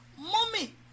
mommy